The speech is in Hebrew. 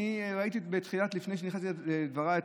לפני שהתחלתי את דבריי,